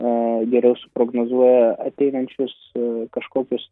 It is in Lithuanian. geriau suprognozuoja ateinančius kažkokius